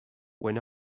when